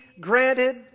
granted